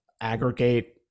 aggregate